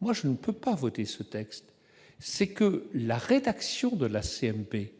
moi je ne peux pas voter ce texte, c'est que la rédaction de la CMP,